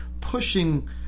pushing